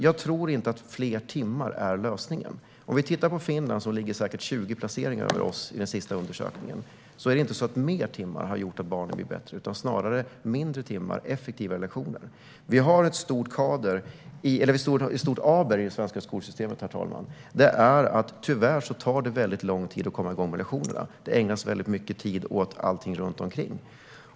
Jag tror inte att fler timmar är lösningen. Finland ligger säkert 20 placeringar över oss i den senaste undersökningen, men det är inte fler timmar som gör att barnen blir bättre där, utan snarare färre timmar och effektivare lektioner. Vi har ett stort aber i det svenska skolsystemet, herr talman. Det är att det tyvärr tar väldigt lång tid att komma igång med lektionerna. Det ägnas väldigt mycket tid åt allting runt omkring.